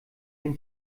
ein